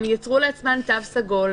הם יצרו לעצמם תו סגול,